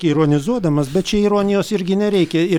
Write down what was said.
ironizuodamas bet čia ironijos irgi nereikia ir